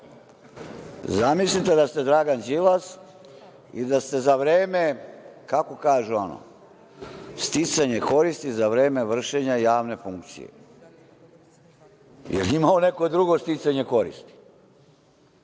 zamislite da ste Dragan Đilas i da ste za vreme, kako kaže ono, sticanja koristi za vreme vršenja javne funkcije. Da li on ima neko drugo sticanje koristi?